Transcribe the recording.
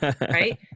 Right